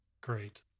great